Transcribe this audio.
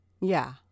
Yeah